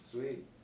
Sweet